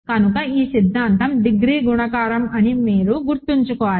కనుక ఈ సిద్ధాంతం డిగ్రీ గుణకారకం అని మీరు గుర్తుంచుకోవాలి